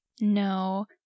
No